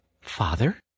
FATHER